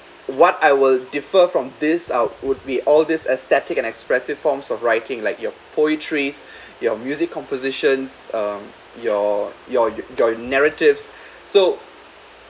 what I will differ from this I'll would be all this aesthetic and expressive forms of writing like your poetry your music compositions um your your your narratives so